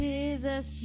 Jesus